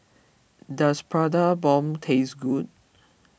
does Prata Bomb taste good